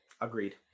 Agreed